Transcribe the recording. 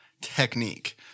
technique